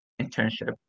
internship